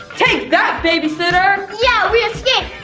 take that babysitter! yeah we escaped!